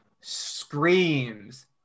screams